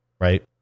right